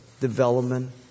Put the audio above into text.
development